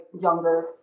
younger